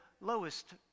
lowest